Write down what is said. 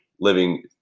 living